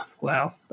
wow